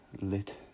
lit